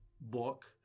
book